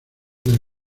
del